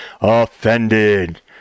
offended